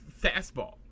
fastball